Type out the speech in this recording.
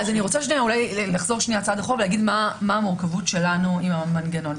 בואי נחשוב רגע לעומק מה הפתרון הנכון.